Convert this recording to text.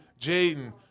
Jaden